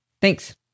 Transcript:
thanks